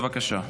בבקשה.